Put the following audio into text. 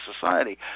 society